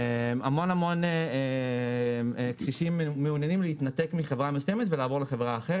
המון קשישים מעוניינים להתנתק מחברה מסוימת ולעבור לחברה אחרת.